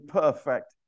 perfect